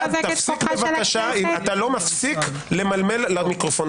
אתה לא מפסיק למלמל למיקרופון,